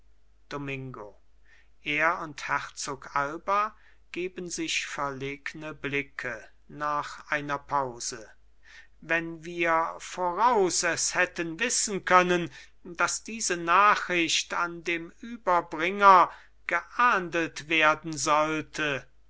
domingo er und herzog alba geben sich verlegene blicke nach einer pause wenn wir voraus es hätten wissen können daß diese nachricht an dem überbringer geahndet werden sollte